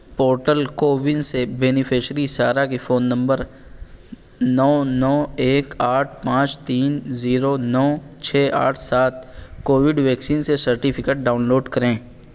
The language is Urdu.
پورٹل کوون سے بینیفیشری سارہ کی فون نمبر نو نو ایک آٹھ پانچ تین زیرو نو چھ آٹھ سات کووڈ ویکسین سے سرٹیفکیٹ ڈاؤن لوڈ کریں